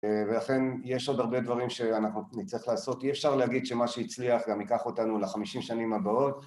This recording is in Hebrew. ואכן יש עוד הרבה דברים שאנחנו נצטרך לעשות. אי אפשר להגיד שמה שהצליח גם ייקח אותנו לחמישים שנים הבאות.